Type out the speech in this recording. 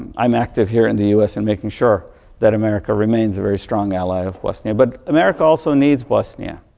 i'm active here in the u s. in making sure that america remains a very strong ally of bosnia. but america also needs bosnia.